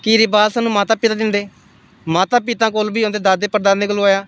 कि रवाज सानूं माता पिता दिंदे माता पिता कौल बी हुंदै दादे पढ़दादे कौलूं आया